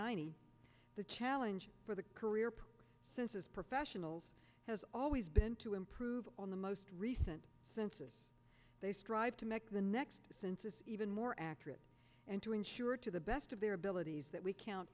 ninety the challenge for the career since as professionals has always been to improve on the most recent census they strive to make the next census even more accurate and to ensure to the best of their realty is that we count